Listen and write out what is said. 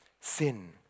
Sin